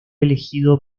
elegido